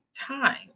time